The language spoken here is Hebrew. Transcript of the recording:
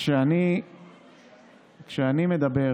כשאני מדבר